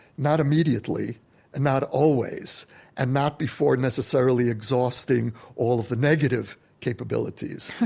not immediately and not always and not before necessarily exhausting all of the negative capabilities,